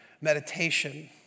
meditation